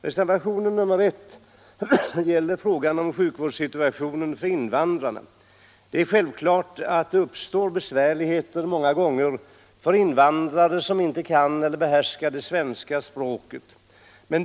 Reservationen 1 gäller frågan om sjukvårdssituationen för invandrarna. Det är självklart att det många gånger uppstår besvärligheter för invandrare som inte behärskar det svenska språket. Men.